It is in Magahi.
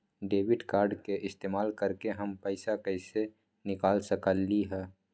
डेबिट कार्ड के इस्तेमाल करके हम पैईसा कईसे निकाल सकलि ह?